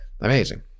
Amazing